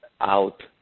out